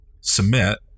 submit